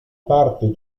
parte